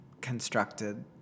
constructed